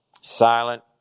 silent